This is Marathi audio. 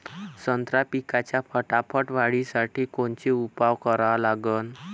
संत्रा पिकाच्या फटाफट वाढीसाठी कोनचे उपाव करा लागन?